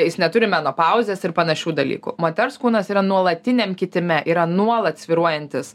jis neturi menopauzės ir panašių dalykų moters kūnas yra nuolatiniam kitime yra nuolat svyruojantys